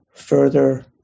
further